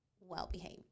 well-behaved